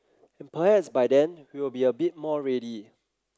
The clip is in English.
and perhaps by then we'll be a bit more ready